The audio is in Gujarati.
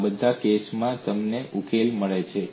આ બધા કેસ માટે તમને ઉકેલ મળે છે